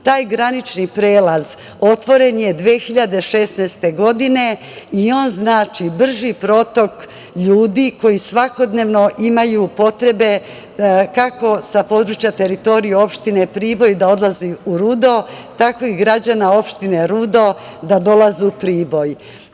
Taj granični prelaz otvoren je 2016. godine i on znači brži protok ljudi koji svakodnevno imaju potrebe kako sa područja teritorije opštine Priboj da odlazi u Rudo, tako i građana opštine Rudo da dolaze u Priboj.